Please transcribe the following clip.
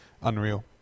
unreal